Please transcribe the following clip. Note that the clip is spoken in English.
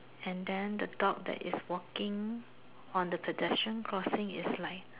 and then the dog that is walking on the pedestrian crossing is like